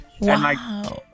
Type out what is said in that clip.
Wow